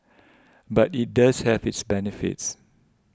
but it does have its benefits